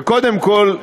וקודם כול,